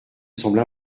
semble